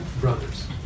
brothers